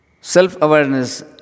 Self-awareness